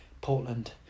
Portland